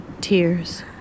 Tears